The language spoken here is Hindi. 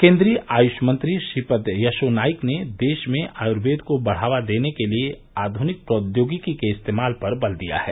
केन्द्रीय आयुष मंत्री श्रीपद यशो नाइक ने देश में आयुर्वेद को बढ़ावा देने के लिए आधुनिक प्रौद्योगिकी के इस्तेमाल पर बल दिया है